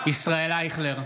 ישראל אייכלר,